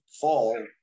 fall